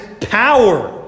power